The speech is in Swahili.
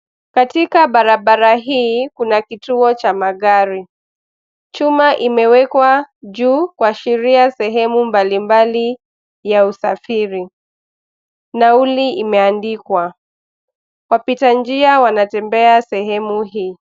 Katika barabara hii, kuna kituo cha magari. Chuma imewekwa juu kuashiria sehemu mbalimbali za usafiri. Nauli imeandikwa. Wapitanjia wanatembea sehemu hii.